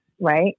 right